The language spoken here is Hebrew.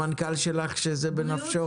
המנכ"ל שלך, שזה בנפשו.